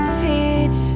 teach